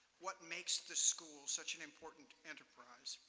what makes the school such an important enterprise.